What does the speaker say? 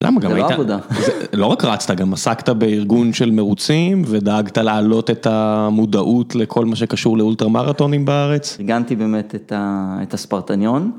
למה גם הייתה, זה לא עבודה, לא רק רצת גם עסקת בארגון של מרוצים, ודאגת להעלות את המודעות לכל מה שקשור לאולטרה מרתונים בארץ. ארגנתי באמת את הספרטניון.